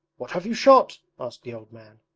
what have you shot asked the old man.